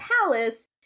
Palace